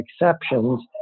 exceptions